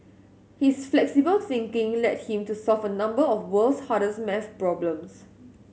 his flexible thinking led him to solve a number of world's hardest maths problems